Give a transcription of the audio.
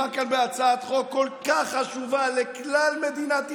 מדובר בהצעת חוק כל כך חשובה לכלל מדינת ישראל.